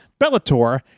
Bellator